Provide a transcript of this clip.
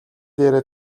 дээрээ